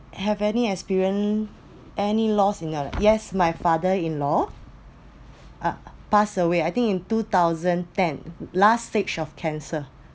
have any experience any loss in your yes my father in law uh pass away I think in two thousand ten last stage of cancer